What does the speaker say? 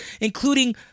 Including